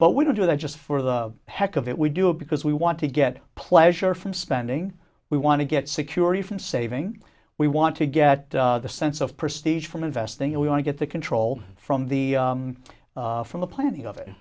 but we don't do that just for the heck of it we do it because we want to get pleasure from spending we want to get security from saving we want to get the sense of prestigious from investing it we want to get the control from the from the planning of it